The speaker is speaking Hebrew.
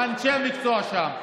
עם אנשי המקצוע שם.